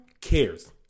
cares